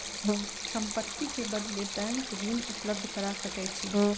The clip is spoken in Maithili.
संपत्ति के बदले बैंक ऋण उपलब्ध करा सकै छै